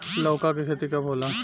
लौका के खेती कब होला?